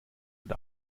und